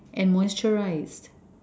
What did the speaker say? and moisturised